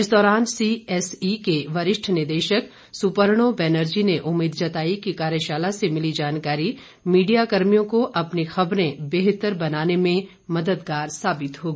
इस दौरान सीएसई के वरिष्ठ निदेशक सुपर्णो बैनर्जी ने उम्मीद जताई कि कार्यशाला से मिली जानकारी मीडियाकर्मियों को अपनी खबरें बेहतर बनाने में मददगार साबित होगी